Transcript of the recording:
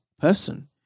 person